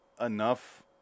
enough